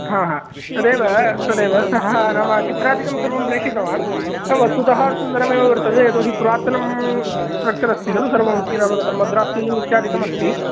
हा हा तदेव तदेव सः नाम चित्रादिकं सर्वं प्रेषितवान् वस्तुतः सुन्दरमेव वर्तते यतो हि पुरातनं स्ट्रक्चर् अस्ति खलु सर्वमपि नाम मद्रास् सीलिङ्ग् इत्यादिकम् अस्ति